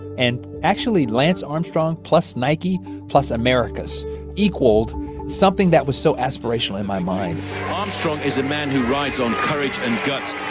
and actually, lance armstrong plus nike plus americus equaled something that was so aspirational in my mind armstrong is a man who rides on courage and guts.